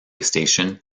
station